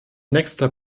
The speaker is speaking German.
nächster